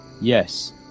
yes